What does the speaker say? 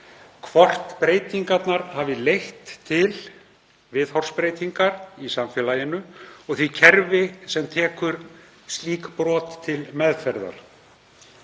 hvort breytingarnar hafi leitt til viðhorfsbreytingar í samfélaginu og því kerfi sem tekur slík brot til meðferðar.